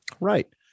Right